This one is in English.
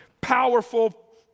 powerful